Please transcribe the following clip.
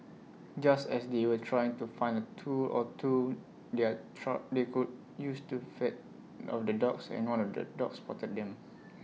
just as they were trying to find A tool or two they are try they could use to fend off the dogs one of the dogs spotted them